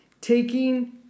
taking